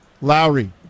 lowry